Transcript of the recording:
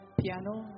piano